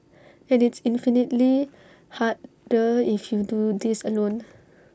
and it's infinitely harder if you do this alone